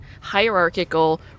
hierarchical